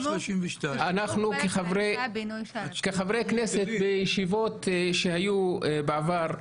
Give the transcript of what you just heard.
כחברי כנסת בישיבות שהיו בעבר,